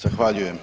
Zahvaljujem.